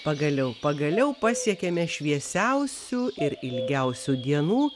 pagaliau pagaliau pasiekėme šviesiausių ir ilgiausių dienų